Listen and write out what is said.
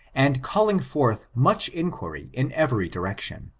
and calling forth much inquiry in every direction.